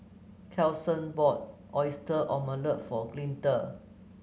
Carson bought Oyster Omelette for Glinda